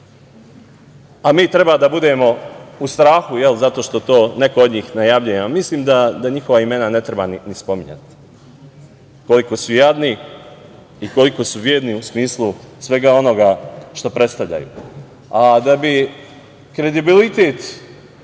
a mi treba da budemo u strahu zato što to neko do njih najavljuje. Mislim da njihova imena ne treba ni spominjati koliko su jadni i koliko su bedni u smislu svega onoga što predstavljaju. Da bi kredibilitet